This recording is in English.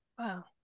Wow